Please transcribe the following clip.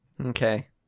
Okay